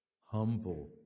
Humble